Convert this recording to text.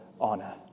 honor